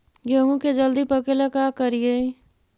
गेहूं के जल्दी पके ल का करियै?